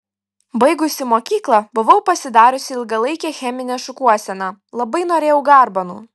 baigusi mokyklą buvau pasidariusi ilgalaikę cheminę šukuoseną labai norėjau garbanų